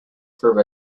from